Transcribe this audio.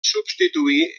substituí